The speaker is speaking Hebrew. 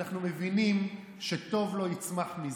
אנחנו מבינים שטוב לא יצמח מזה,